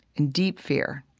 in deep fear,